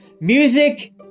music